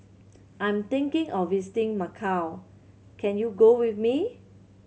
I'm thinking of visiting Macau can you go with me